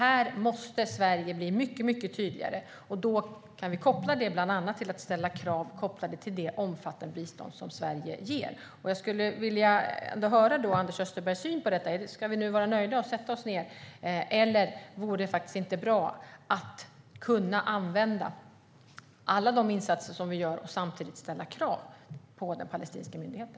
Här måste Sverige bli mycket tydligare. Vi kan bland annat ställa krav kopplade till det omfattande bistånd som Sverige ger. Jag skulle vilja höra Anders Österbergs syn på detta. Ska vi nu vara nöjda och sätta oss ned, eller vore det inte bra att kunna använda alla de insatser som vi gör och samtidigt ställa krav på den palestinska myndigheten?